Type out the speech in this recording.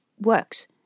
works